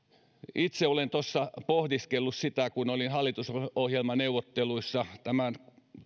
itse olen tuossa pohdiskellut sitä kun olin hallitusohjelmaneuvotteluissa